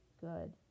good